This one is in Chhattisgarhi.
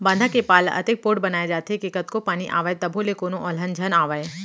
बांधा के पार ल अतेक पोठ बनाए जाथे के कतको पानी आवय तभो ले कोनो अलहन झन आवय